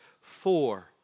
four